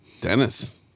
Dennis